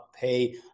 pay